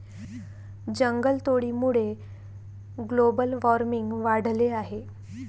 जंगलतोडीमुळे global warming वाढले आहे